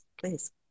please